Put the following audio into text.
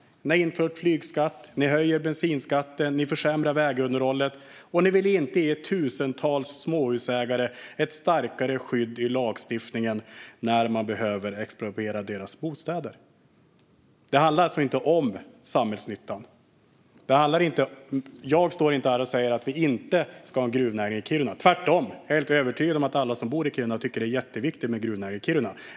Ni har infört flygskatt, ni höjer bensinskatten, ni försämrar vägunderhållet, och ni vill inte ge tusentals småhusägare ett starkare skydd i lagstiftningen när man behöver expropriera deras bostäder. Det handlar inte om samhällsnyttan. Jag står inte här och säger att vi inte ska ha en gruvnäring i Kiruna. Tvärtom är jag helt övertygad om att alla som bor i Kiruna tycker att det är jätteviktigt med gruvnäring i Kiruna.